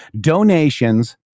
donations